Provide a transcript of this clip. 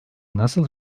nasıl